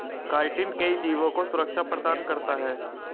chitin कई जीवों को सुरक्षा प्रदान करता है